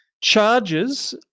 charges